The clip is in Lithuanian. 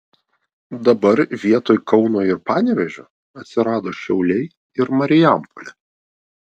dabar vietoj kauno ir panevėžio atsirado šiauliai ir marijampolė